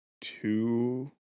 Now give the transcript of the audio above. two